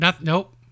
nope